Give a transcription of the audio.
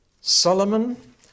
Solomon